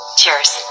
Cheers